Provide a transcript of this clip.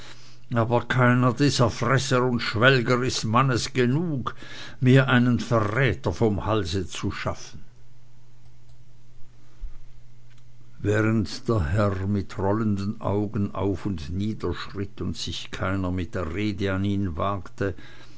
aber keiner dieser fresser und schwelger ist mannes genug mir einen verräter vom halse zu schaffen während der herr mit rollenden augen auf und nieder schritt und sich keiner mit der rede an ihn wagte